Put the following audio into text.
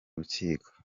rukiko